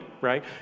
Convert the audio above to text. right